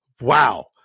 Wow